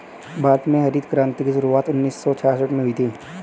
भारत में हरित क्रान्ति की शुरुआत उन्नीस सौ छियासठ में हुई थी